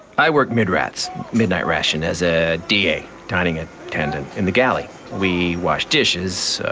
i work mid rats, midnight ration, as a da, dining ah attendant, in the galley. we wash dishes,